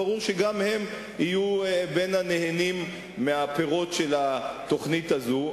ברור שגם הם יהיו בין הנהנים מפירות התוכנית הזאת,